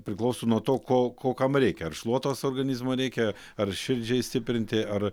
priklauso nuo to ko ko kam reikia ar šluotos organizmui reikia ar širdžiai stiprinti ar